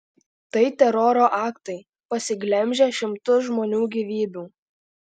tai teroro aktai pasiglemžę šimtus žmonių gyvybių